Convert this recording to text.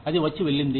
అది వచ్చి వెళ్ళింది